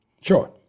Sure